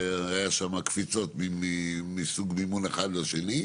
שהיו שם קפיצות מסוג מימון אחד לשני,